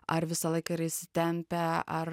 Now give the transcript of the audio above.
ar visą laiką yra įsitempę ar